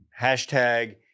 Hashtag